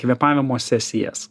kvėpavimo sesijas